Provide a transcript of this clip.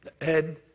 Ed